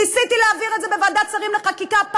ניסיתי להעביר את זה בוועדת שרים לחקיקה,